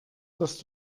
dass